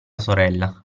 sorella